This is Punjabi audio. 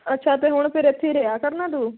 ਅੱਛਾ ਤਾਂ ਹੁਣ ਫਿਰ ਇੱਥੇ ਹੀ ਰਿਹਾ ਕਰਨਾ ਤੂੰ